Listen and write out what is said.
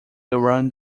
duran